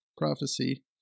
prophecy